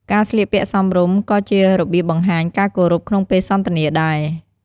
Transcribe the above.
ការស្លៀកពាក់សមរម្យ ក៏ជារបៀបបង្ហាញការគោរពក្នុងពេលសន្ទនាដែរ។